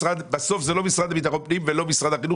בסוף זה לא המשרד לביטחון פנים ולא משרד החינוך